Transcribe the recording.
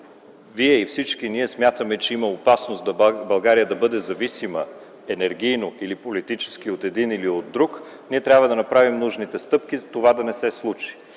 Вие и всички ние смятаме, че има опасност България да бъде зависима – енергийно или политически, от един или от друг, ние трябва да направим нужните стъпки това да не се случи.